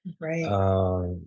Right